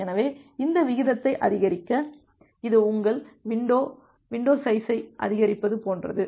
எனவே அந்த விகிதத்தை அதிகரிக்க இது உங்கள் வின்டோ வின்டோ சைஸை அதிகரிப்பது போன்றது